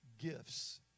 gifts